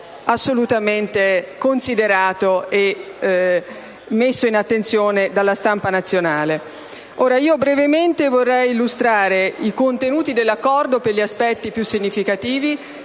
assolutamente considerato e messo in attenzione della stampa nazionale. Brevemente, vorrei illustrare i contenuti dell'accordo per gli aspetti più significativi.